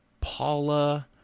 Paula